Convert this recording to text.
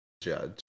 Judge